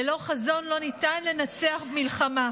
ללא חזון לא ניתן לנצח מלחמה.